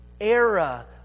era